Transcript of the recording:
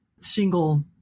single